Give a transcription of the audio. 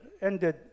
ended